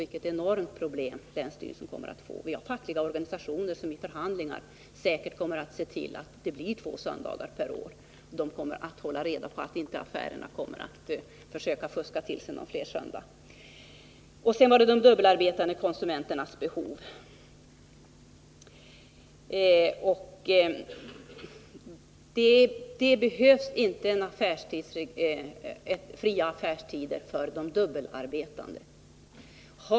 Vilket enormt problem länsstyrelsen kommer att få! Vi har fackliga organisationer som vid förhandlingar säkerligen kommer att se till att det blir två söndagar per år. De fackliga organisationerna kommer att se till att affärerna inte försöker fuska till sig någon extra söndag. Sedan var det de dubbelarbetande konsumenternas behov. Det behövs inte några fria affärstider för de dubbelarbetande.